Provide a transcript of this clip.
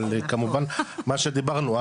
אבל כמובן מה שדיברנו,